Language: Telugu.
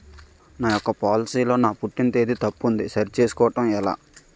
నా యెక్క పోలసీ లో నా పుట్టిన తేదీ తప్పు ఉంది సరి చేసుకోవడం ఎలా?